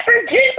Virginia